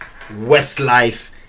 Westlife